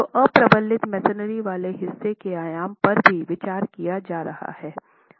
तो अप्रबलित मैसनरी वाले हिस्से के आयाम पर भी विचार किया जा रहा है